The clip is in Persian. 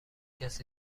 کسی